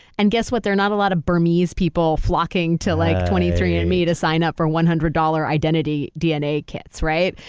and guess what? there are not a lot of burmese people flocking to like twenty three and me to sign up for one hundred dollars identity dna kits. right?